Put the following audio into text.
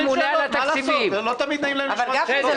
זה לא תמיד --- אבל גפני,